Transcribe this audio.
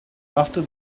after